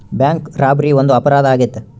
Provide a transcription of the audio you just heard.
bank robbery ಒಂದು ಅಪರಾಧ ಆಗೈತೆ